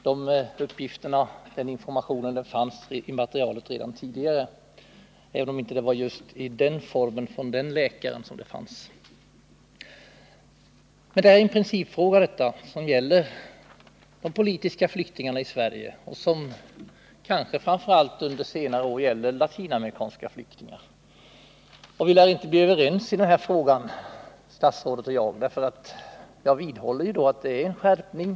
Denna information fanns i materialet redan tidigare, även om det inte var just i den utformning som den förstnämnda läkaren hade gjort. Men detta är en principfråga som gäller de politiska flyktingarna i Sverige och som kanske framför allt under senare år kommit att gälla latinamerikanska flyktingar. Statsrådet och jag lär inte bli överens i denna fråga, eftersom jag vidhåller att det här är fråga om en skärpning.